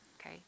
okay